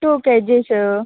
two kgs